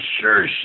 sure